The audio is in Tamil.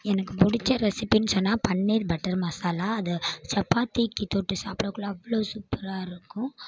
எனக்கு பிடிச்ச ரெசிபினு சொன்னால் பன்னீர் பட்டர் மசாலா அது சப்பாத்திக்கு தொட்டு சாப்பிடக்கொள்ள அவ்வளோ சூப்பராக இருக்கும்